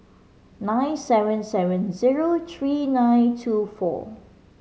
nine seven seven zero three nine two four